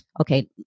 Okay